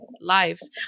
lives